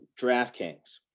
DraftKings